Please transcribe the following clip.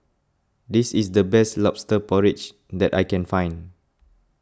this is the best Lobster Porridge that I can find